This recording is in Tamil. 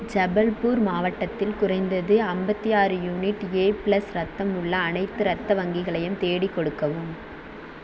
ஜபல்பூர் மாவட்டத்தில் குறைந்தது ஐம்பத்தி ஆறு யூனிட் ஏ ப்ளஸ் இரத்தம் உள்ள அனைத்து இரத்த வங்கிகளையும் தேடிக் கொடுக்கவும்